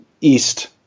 East